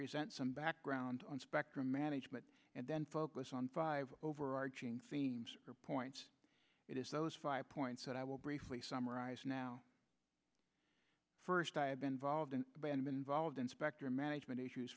present some background on spectrum management and then focus on five overarching themes points it is those five points that i will briefly summarize now first i have been involved in band been involved in spectrum management issues